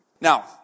Now